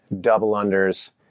double-unders